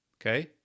Okay